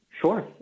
Sure